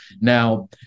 Now